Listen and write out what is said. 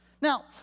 Now